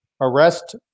arrest